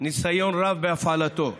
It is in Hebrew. ניסיון רב בהפעלתו.